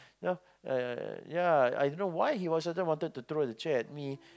you know ya ya ya ya ya I don't why he was suddenly wanted to throw the chair at me